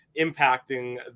impacting